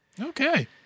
Okay